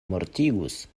mortigus